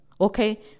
okay